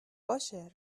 باشه